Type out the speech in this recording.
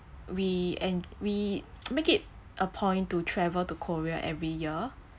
we and we make it a point to travel to korea every year